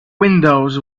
windows